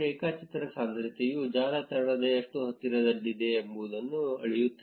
ರೇಖಾಚಿತ್ರ ಸಾಂದ್ರತೆಯು ಜಾಲತಾಣದ ಎಷ್ಟು ಹತ್ತಿರದಲ್ಲಿದೆ ಎಂಬುದನ್ನು ಅಳೆಯುತ್ತದೆ